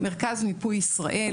מרכז מיפוי ישראל